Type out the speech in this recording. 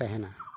ᱛᱟᱦᱮᱸᱱᱟ